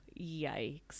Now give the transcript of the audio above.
yikes